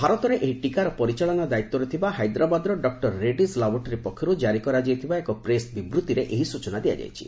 ଭାରତରେ ଏହି ଟିକାର ପରିଚାଳନା ଦାୟିତ୍ୱରେ ଥିବା ହାଇଦ୍ରାବାଦର ଡକ୍ଟର ରେଡିଜ୍ ଲାବରୋଟ୍ରୋରୀ ପକ୍ଷରୁ ଜାରି କରାଯାଇଥିବା ଏକ ପ୍ରେସ୍ ବିବୃତ୍ତିରେ ଏହି ସ୍ଚନା ଦିଆଯାଇଛି